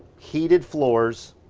heated floors.